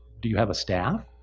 do you have a staff?